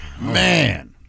Man